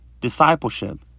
discipleship